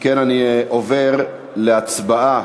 אני עובר להצבעה